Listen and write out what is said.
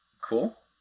cool